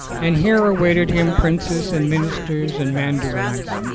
and here awaited him princes and ministers and mandarins,